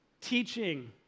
teaching